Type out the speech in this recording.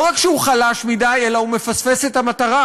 לא רק שהוא חלש מדי, אלא הוא מפספס את המטרה,